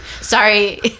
Sorry